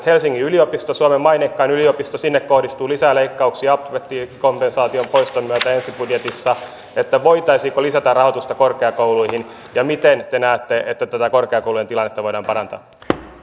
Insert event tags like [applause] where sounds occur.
[unintelligible] helsingin yliopistoon suomen maineikkaimpaan yliopistoon kohdistuu lisää leikkauksia apteekkikompensaation poiston myötä ensi budjetissa joten voitaisiinko lisätä rahoitusta korkeakouluihin ja miten te näette että tätä korkeakoulujen tilannetta voidaan parantaa